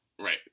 Right